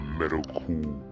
medical